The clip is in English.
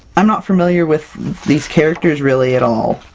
i'm not familiar with these characters, really at all.